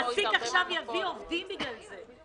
המעסיק עכשיו יביא עובדים בגלל זה.